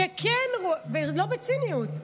לא בציניות,